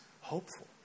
hopeful